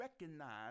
recognize